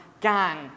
gang